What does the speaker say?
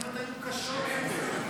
התקנות היו קשות יותר.